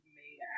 made